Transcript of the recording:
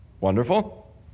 Wonderful